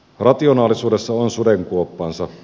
rationaalisuudessa on sudenkuoppansa